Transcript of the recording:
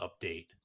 update